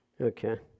Okay